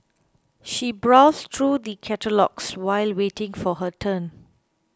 she browsed through the catalogues while waiting for her turn